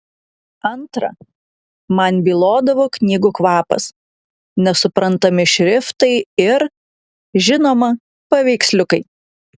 antra man bylodavo knygų kvapas nesuprantami šriftai ir žinoma paveiksliukai